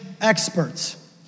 experts